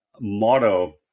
motto